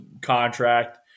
contract